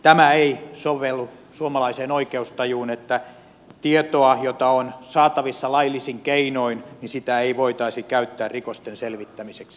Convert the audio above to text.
tämä ei sovellu suomalaiseen oikeustajuun että tietoa jota on saatavissa laillisin keinoin ei voitaisi käyttää rikosten selvittämiseksi